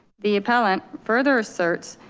the appellant further asserts.